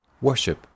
Worship